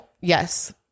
yes